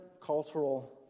cultural